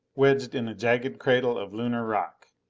wedged in a jagged cradle of lunar rock.